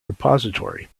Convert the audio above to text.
repository